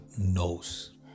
knows